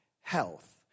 health